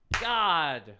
God